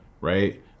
right